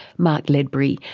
mark ledbury,